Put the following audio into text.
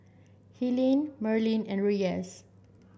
Helene Merlin and Reyes